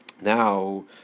Now